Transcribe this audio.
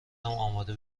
آماده